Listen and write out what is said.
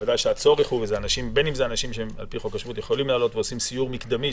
בין אם זה אנשים שעל פי חוק השבות יכולים לעלות ועושים סיור מקדמי,